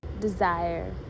desire